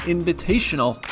Invitational